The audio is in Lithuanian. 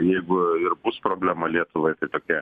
jeigu ir bus problema lietuvai tai tokia